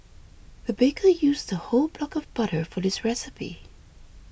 the baker used a whole block of butter for this recipe